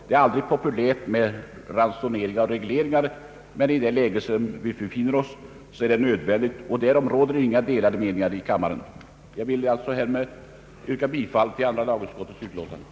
Det är aldrig populärt med ransoneringar och regleringar, men i nuvarande läge är det nödvändigt, och därom råder inga delade meningar i denna kammare. Jag vill, herr talman, med detta yrka bifall till andra lagutskottets hemställan.